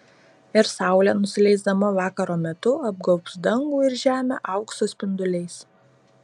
ir saulė nusileisdama vakaro metu apgaubs dangų ir žemę aukso spinduliais